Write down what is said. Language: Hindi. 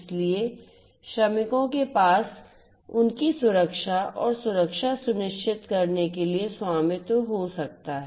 इसलिए श्रमिकों के पास उनकी सुरक्षा और सुरक्षा सुनिश्चित करने के लिए स्वामित्व हो सकता है